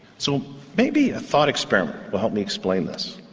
so maybe a thought experiment will help me explain this.